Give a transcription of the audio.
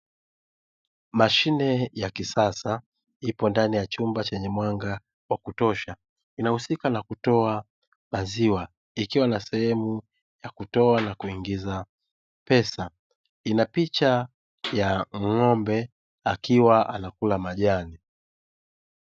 Mashine ya kisasa ipo ndani ya chumba chenye mwanga wa kutosha, inahusika na kutoa maziwa ikiwa ina sehemu ya kutoa na kuingiza pesa; ina picha ya ng’ombe akiwa anakula majani.